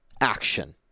action